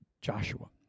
Joshua